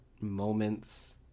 moments